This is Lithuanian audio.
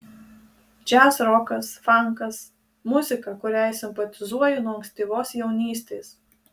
džiazrokas fankas muzika kuriai simpatizuoju nuo ankstyvos jaunystės